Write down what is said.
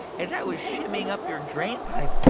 as i was shimmying up your drain pipe,